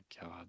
God